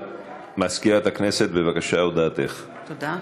מוועדת העבודה,